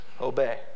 obey